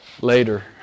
later